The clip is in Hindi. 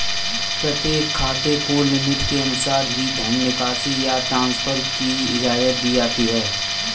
प्रत्येक खाते को लिमिट के अनुसार ही धन निकासी या ट्रांसफर की इजाजत दी जाती है